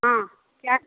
हाँ क्या